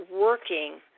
working